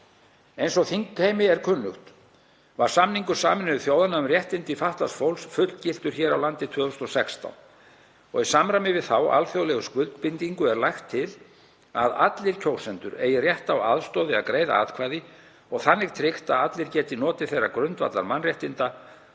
Eins og þingheimi er kunnugt var samningur Sameinuðu þjóðanna um réttindi fatlaðs fólks fullgiltur hér á landi 2016 og í samræmi við þá alþjóðlegu skuldbindingu er lagt til að allir kjósendur eigi rétt á aðstoð við að greiða atkvæði og þannig tryggt að allir geti notið þeirra grundvallarmannréttinda að